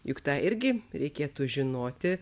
juk tą irgi reikėtų žinoti